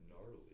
Gnarly